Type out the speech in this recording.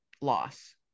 loss